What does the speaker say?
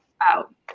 out